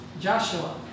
Joshua